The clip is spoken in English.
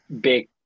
big